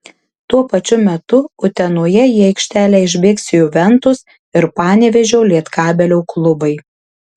tuo pačiu metu utenoje į aikštelę išbėgs juventus ir panevėžio lietkabelio klubai